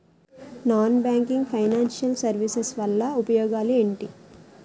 Non banking financial services వల్ల ఉపయోగాలు ఎంటి?